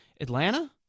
Atlanta